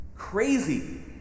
crazy